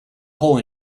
hole